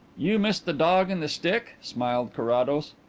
you miss the dog and the stick? smiled carrados.